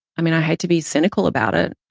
i mean, i hate to be cynical about it.